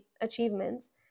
achievements